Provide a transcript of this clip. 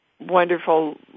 Wonderful